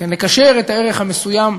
לקשר את הערך המסוים